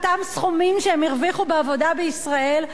אותם סכומים שהם הרוויחו בעבודה בישראל.